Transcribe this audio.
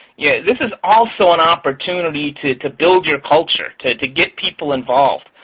yeah this is also an opportunity to to build your culture, to to get people involved.